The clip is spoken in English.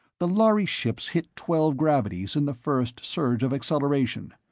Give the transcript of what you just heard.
the lhari ships hit twelve gravities in the first surge of acceleration.